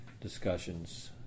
discussions